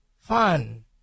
fun